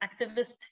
activist